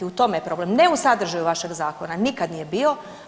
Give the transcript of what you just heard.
U tome je problem, ne u sadržaju vašeg zakona, nikad nije bio.